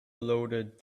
loaded